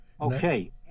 okay